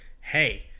hey